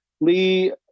Lee